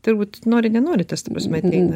turbūt nori nenori tas ta prasme ateina